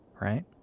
right